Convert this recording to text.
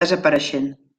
desapareixent